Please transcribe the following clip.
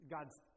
God's